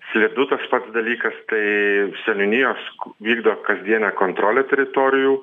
slidu tas pats dalykas tai seniūnijos ku vykdo kasdienę kontrolę teritorijų